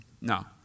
no